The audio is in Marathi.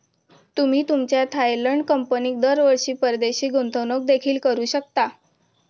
तुम्ही तुमच्या थायलंड कंपनीत दरवर्षी परदेशी गुंतवणूक देखील करू शकता